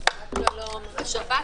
הישיבה